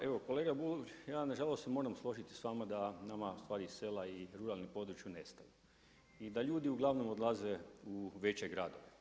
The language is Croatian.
Pa evo kolega Bulj ja na žalost se moram složiti sa vama da nama u stvari sela i ruralna područja nestaju i da ljudi uglavnom odlaze u veće gradove.